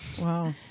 Wow